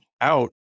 out